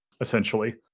essentially